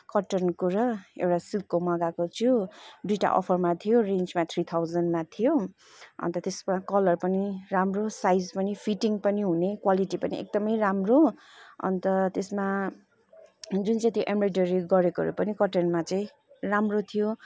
कटनको र एउटा सिल्कको मगाएको छु दुइटा अफरमा थियो रेन्जमा थ्री थाउजनमा थियो अन्त त्यसमा कलर पनि राम्रो साइज पनि फिटिङ पनि हुने क्वालिटी पनि एकदमै राम्रो अन्त त्यसमा जुन चाहिँ त्यो एम्ब्रोयडेरी गरेकोहरू कटनमा चाहिँ राम्रो थियो